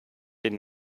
den